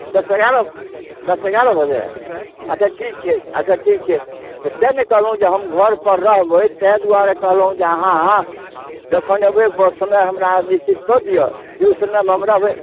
दश एगारह दश एगारह बजे अच्छा ठीक छै अच्छा ठीक छै तऽ तै ने कहलहुँ जे हम घर पर रहबै तै दुआरे कहलहुँ जे अहाँ जखन अयबै ओ समय हमरा निश्चित कऽ दिअ जे ओहि समयमे हम रहबै